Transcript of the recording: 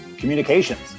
communications